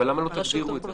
אבל למה לא תגדירו את זה?